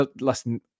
listen